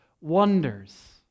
wonders